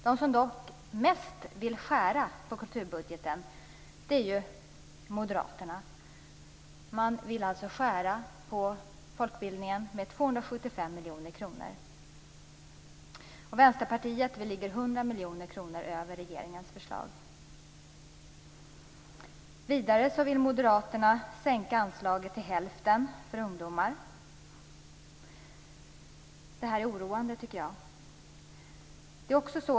De som vill skära mest i kulturbudgeten är dock moderaterna. Man vill skära ned folkbildningen med 275 miljoner kronor. Vänsterpartiet ligger 100 miljoner kronor över regeringens förslag. Vidare vill moderaterna sänka anslaget till hälften för ungdomar. Det här tycker jag är oroande.